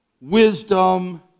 wisdom